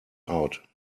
out